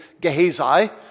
Gehazi